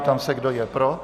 Ptám se, kdo je pro.